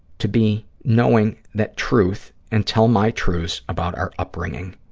to be knowing that truth and tell my truths about our upbringing.